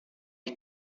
ich